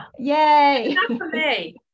Yay